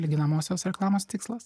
lyginamosios reklamos tikslas